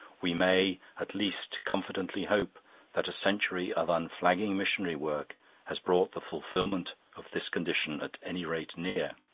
we may at least confidently hope that a century of unflagging missionary work has brought the fulfilment of this condition at any rate near.